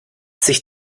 sich